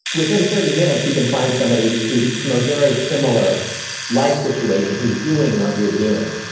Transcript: within thirty minutes, you can find somebody who's from a very similar life situation, who's doing what you're doing.